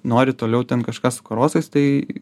nori toliau ten kažką su karosais tai